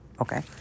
okay